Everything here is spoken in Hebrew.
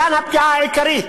כאן הפגיעה העיקרית.